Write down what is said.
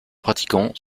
pratiquants